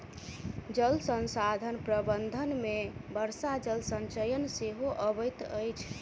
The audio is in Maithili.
जल संसाधन प्रबंधन मे वर्षा जल संचयन सेहो अबैत अछि